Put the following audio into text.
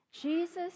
Jesus